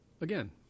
Again